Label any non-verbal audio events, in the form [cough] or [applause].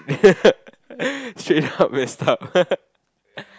[laughs] straight up messed up